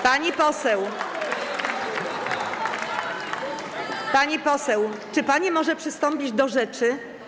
Pani poseł, pani poseł, czy pani może przystąpić do rzeczy?